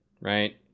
right